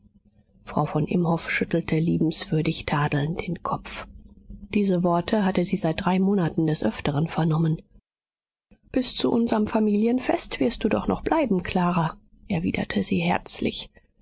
frau von imhoff schüttelte liebenswürdig tadelnd den kopf diese worte hatte sie seit drei monaten des öfteren vernommen bis zu unserm familienfest wirst du doch noch bleiben clara erwiderte sie herzlich